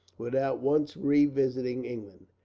without once revisiting england.